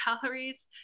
calories